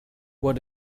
what